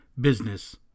business